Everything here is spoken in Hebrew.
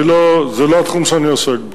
זה לא התחום שאני עוסק בו.